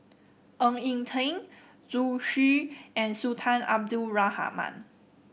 Ng Eng Teng Zhu Xu and Sultan Abdul Rahman